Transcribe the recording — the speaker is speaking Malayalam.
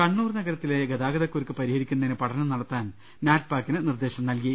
കണ്ണൂർ നഗരത്തിലെ ഗതാഗതക്കുരുക്ക് പരിഹരിക്കുന്നതിന് പഠനം നട ത്താൻ നാറ്റ് പാകിന് നിർദ്ദേശം നൽകി